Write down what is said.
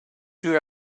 two